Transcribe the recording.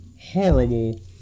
horrible